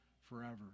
forever